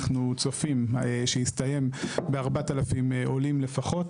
אנחנו צופים שיסתיים ב-4,000 עולים לפחות.